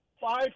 five